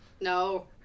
no